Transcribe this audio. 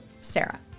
Sarah